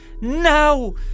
no